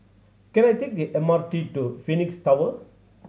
can I take the M R T to Phoenix Tower